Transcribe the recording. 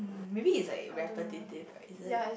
maybe it's like repetitive right is it